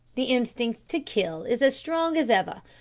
the instinct to kill is as strong as ever,